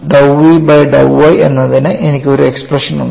dou v by dou y എന്നതിന് എനിക്ക് ഒരു എക്സ്പ്രഷൻ ഉണ്ട്